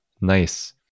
Nice